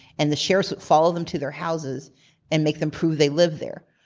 and the sheriffs would follow them to their houses and make them prove they live there.